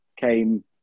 came